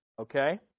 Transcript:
Okay